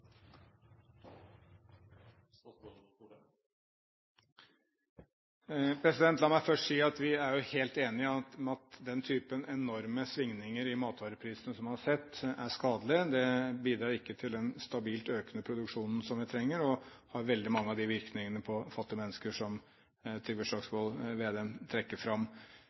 helt enige om at den typen enorme svingninger i matvareprisene som man har sett, er skadelige. Det bidrar ikke til den stabilt økende produksjonen som vi trenger, og har veldig mange av de virkningene på fattige mennesker som Trygve Slagsvold Vedum trekker fram.